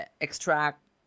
extract